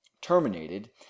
terminated